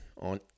on